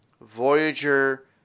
Voyager